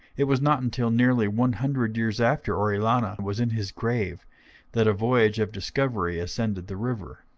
it was not until nearly one hundred years after orellana was in his grave that a voyage of discovery ascended the river.